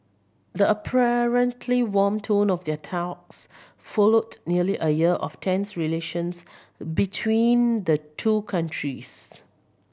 the apparently warm tone of their talks followed nearly a year of tense relations between the two countries